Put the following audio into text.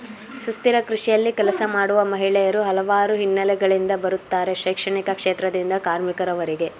ಸುಸ್ಥಿರ ಕೃಷಿಯಲ್ಲಿ ಕೆಲಸ ಮಾಡುವ ಮಹಿಳೆಯರು ಹಲವಾರು ಹಿನ್ನೆಲೆಗಳಿಂದ ಬರುತ್ತಾರೆ ಶೈಕ್ಷಣಿಕ ಕ್ಷೇತ್ರದಿಂದ ಕಾರ್ಮಿಕರವರೆಗೆ